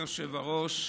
אדוני היושב-ראש,